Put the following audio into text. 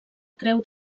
creu